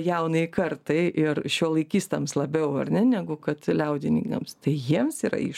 jaunajai kartai ir šiuolaikistams labiau ar ne negu kad liaudininkams tai jiems yra iššūkis